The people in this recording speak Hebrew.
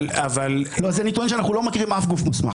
אז אני טוען שאנחנו לא מכירים אף גוף מוסמך.